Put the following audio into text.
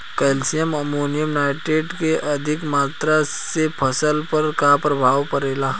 Calcium ammonium nitrate के अधिक मात्रा से फसल पर का प्रभाव परेला?